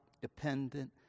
dependent